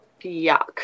yuck